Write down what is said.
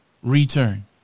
Return